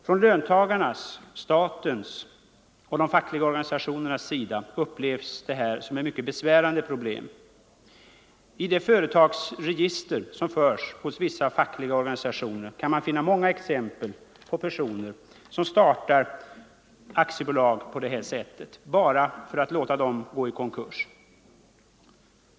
Från löntagarnas, statens och de fackliga organisationernas sida upplevs detta som ett mycket besvärande problem. I det företagsregister som förs hos vissa fackliga organisationer kan man finna många exempel på personer som startar aktiebolag på det sättet — bara för att låta dem gå i konkurs.